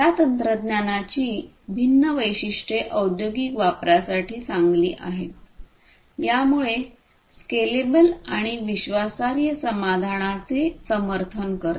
या तंत्रज्ञानाची भिन्न वैशिष्ट्ये औद्योगिक वापरासाठी चांगली आहेत यामुळे स्केलेबल आणि विश्वासार्ह समाधानाचे समर्थन करते